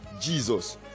jesus